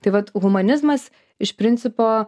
tai vat humanizmas iš principo